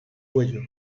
cuello